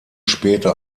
später